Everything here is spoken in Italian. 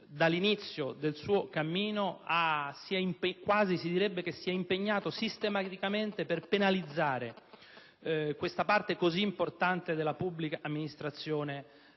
dall'inizio del suo cammino, si direbbe quasi che si sia impegnato sistematicamente per penalizzare questa parte così importante della pubblica amministrazione